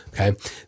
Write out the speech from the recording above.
okay